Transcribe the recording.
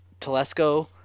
Telesco